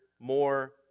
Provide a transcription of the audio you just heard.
more